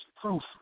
proof